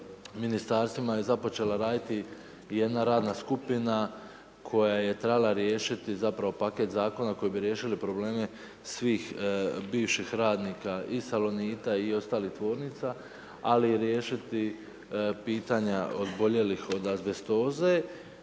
ministarstvima je započela raditi jedna radna skupina koja je trebala riješiti zapravo paket zakona koji bi riješili probleme svih bivših radnika i Salonita i ostalih tvornica, ali riješiti pitanja oboljelih od azbestoze,